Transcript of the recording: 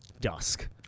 dusk